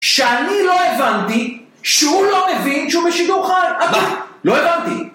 שאני לא הבנתי, שהוא לא מבין שהוא בשידור חי, לא הבנתי.